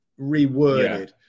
reworded